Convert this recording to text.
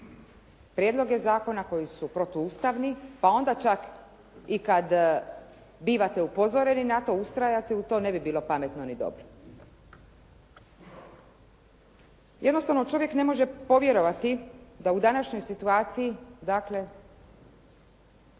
prijedloge zakona koji su protuustavni pa onda čak i kada bivate upozoreni na to, ustrajete u to, ne bi bilo pametno ni dobro. Jednostavno čovjek ne može povjerovati da u današnjoj situaciji dakle